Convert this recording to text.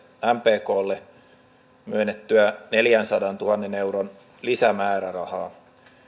mpklle myöntämää neljänsadantuhannen euron lisämäärärahaa